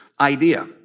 idea